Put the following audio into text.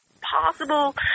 possible